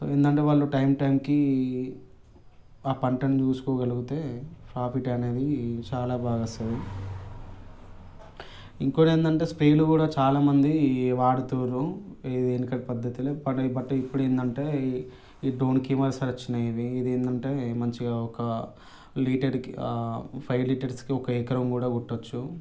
ఏంటంటే వాళ్ళు టైం టైంకి ఆ పంటను చూసుకోగలిగితే ప్రాఫిట్ అనేది చాలా బాగా వస్తుంది ఇంకోకటి ఏంటంటే స్ప్రేలు కూడా చాలా మంది వాడుతూన్నారు ఇదేనుక పద్ధతులే ఇప్పుడు ఏంటంటే డ్రోన్ కెమెరాస్ వచ్చినాయి ఇది ఏంటంటే మంచిగా ఒక లీటర్కి ఫైవ్ లీటర్స్కి ఒక ఎకరం కూడా కొట్టొచ్చు